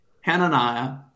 Hananiah